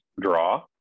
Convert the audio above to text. draw